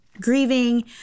grieving